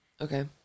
Okay